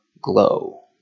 glow